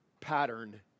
pattern